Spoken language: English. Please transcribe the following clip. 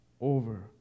over